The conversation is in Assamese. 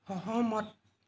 সহমত